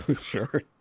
Sure